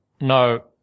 no